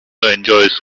enjoys